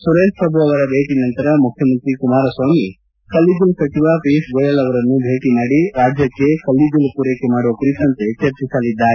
ಸುರೇಶ್ ಪ್ರಭು ಅವರ ಭೇಟ ನಂತರ ಮುಖ್ಯಮಂತ್ರಿ ಕುಮಾರಸ್ವಾಮಿ ಕಲ್ಲಿದ್ದಲು ಸಚಿವ ಪಿಯೂಶ್ ಗೋಯಲ್ ಅವರನ್ನು ಭೇಟಿ ಮಾಡಿ ರಾಜ್ಯಕ್ಷೆ ಕಲ್ಲಿದ್ದಲು ಪೂರೈಕೆ ಮಾಡುವ ಕುರಿತಂತೆ ಚರ್ಚಿಸಲಿದ್ದಾರೆ